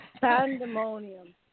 Pandemonium